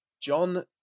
John